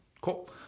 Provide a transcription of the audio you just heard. Cool